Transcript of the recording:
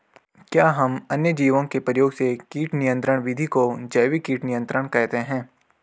क्या हम अन्य जीवों के प्रयोग से कीट नियंत्रिण विधि को जैविक कीट नियंत्रण कहते हैं?